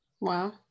Wow